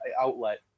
outlet